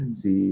si